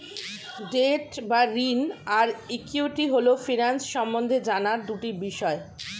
date বা ঋণ আর ইক্যুইটি হল ফিন্যান্স সম্বন্ধে জানার দুটি বিষয়